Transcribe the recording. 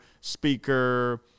speaker